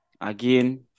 Again